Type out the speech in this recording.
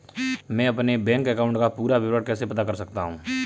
मैं अपने bank account का पूरा विवरण कैसे पता कर सकता हूँ?